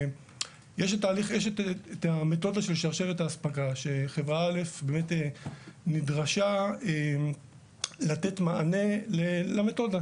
יש את המתודה של שרשרת האספקה שחברה א' באמת נדרשה לתת מענה למתודה,